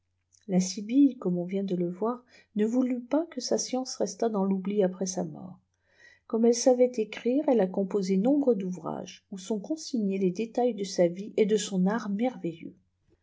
la sibylle comme on vient d e voir n vcmlut quç ifeiienoe restât dans l'oubli aprè sa nqf çoïfafiep çm'fflf elle a composé nombre d'ouvrages où sont consigna e hi de sa vie et de son art